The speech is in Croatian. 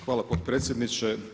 Hvala potpredsjedniče.